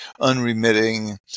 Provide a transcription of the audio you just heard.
unremitting